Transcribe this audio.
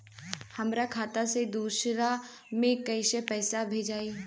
हमरा खाता से दूसरा में कैसे पैसा भेजाई?